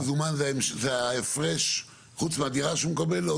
מזומן זה ההפרש חוץ מהדירה שהוא מקבל?